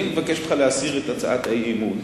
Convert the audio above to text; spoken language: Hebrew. אני מבקש ממך להסיר את הצעת האי-אמון,